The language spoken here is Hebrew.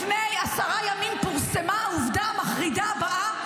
לפני עשרה ימים פורסמה העובדה המחרידה הבאה,